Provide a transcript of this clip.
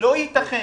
לא ייתכן